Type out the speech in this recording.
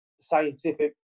scientific